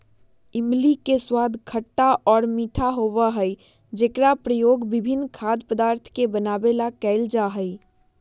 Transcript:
इमली के स्वाद खट्टा और मीठा होबा हई जेकरा प्रयोग विभिन्न खाद्य पदार्थ के बनावे ला कइल जाहई